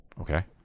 Okay